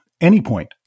Anypoint